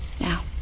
Now